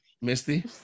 Misty